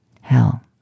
Hell